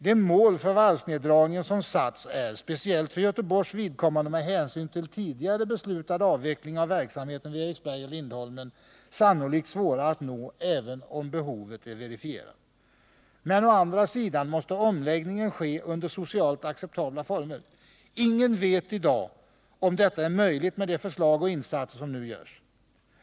De mål för varvsneddragningen som satts upp är — speciellt för Göteborgs vidkommande med hänsyn till tidigare beslutad avveckling av verksamheten vid Eriksberg och Lindholmen — sannolikt svåra att nå, även om behovet är verifierat. Men å andra sidan måste omläggningen ske under socialt acceptabla former. Ingen vet i dag om detta är möjligt med de förslag som nu läggs fram och de insatser som nu görs.